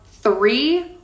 three